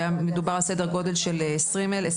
שמדובר על סדר גודל של 21,000,